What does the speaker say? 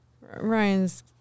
Ryan's